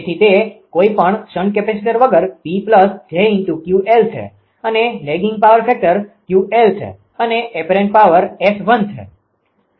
તેથી તે કોઈ પણ શન્ટ કેપેસીટર વગર 𝑃𝑗𝑄𝑙 છે અને લેગીંગ પાવર ફેક્ટર 𝑄𝑙 છે અને અપેરન્ટ પાવર 𝑆1 છે